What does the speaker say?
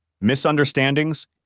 Misunderstandings